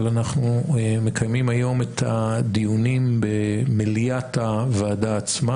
אבל אנחנו מקיימים היום את הדיונים במליאת הוועדה עצמה